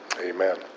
Amen